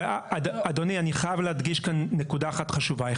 אדוני, אני חייב להדגיש נקודה אחת חשובה.